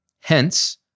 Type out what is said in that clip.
Hence